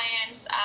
clients